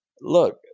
look